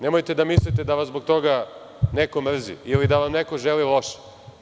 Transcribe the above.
Nemojte da mislite da vas zbog toga neko mrzi ili da vam neko želi loše.